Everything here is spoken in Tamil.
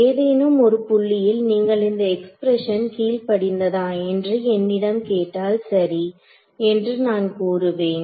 ஏதேனும் ஒரு புள்ளியில் நீங்கள் இந்த எக்ஸ்பிரஷன் கீழ்ப்படிந்ததா என்று என்னிடம் கேட்டால் சரி என்று நான் கூறுவேன்